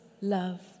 love